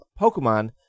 Pokemon